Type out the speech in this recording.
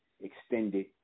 extended